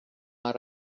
out